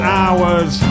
hours